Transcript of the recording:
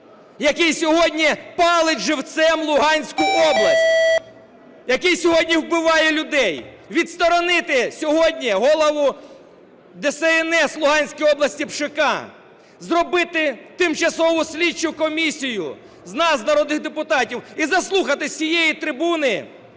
який сьогодні палить живцем Луганську область, який сьогодні вбиває людей; відсторонити сьогодні голову ДСНС Луганської області Пшика; зробити тимчасову слідчу комісію з нас народних депутатів і заслухати з цієї трибуни